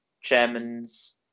chairman's